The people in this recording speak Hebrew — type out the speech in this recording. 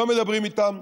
לא מדברים איתם,